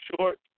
short